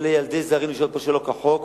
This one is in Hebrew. או לילדי זרים לשהות שלא כחוק,